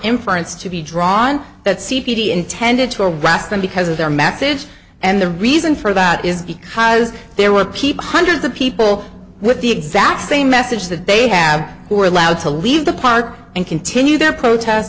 inference to be drawn that c p t intended to raskin because of their message and the reason for that is because there were people hundreds of people with the exact same message that they have who are allowed to leave the park and continue their protests